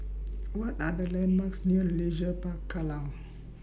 What Are The landmarks near Leisure Park Kallang